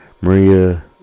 Maria